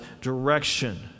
direction